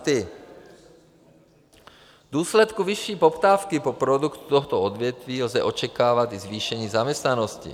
V důsledku vyšší poptávky po produktu tohoto odvětví lze očekávat i zvýšení zaměstnanosti.